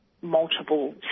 multiple